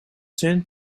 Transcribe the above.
zin